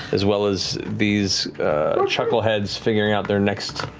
as well as these chuckleheads figuring out their next,